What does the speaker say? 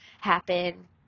happen